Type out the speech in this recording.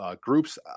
groups